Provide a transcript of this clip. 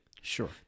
Sure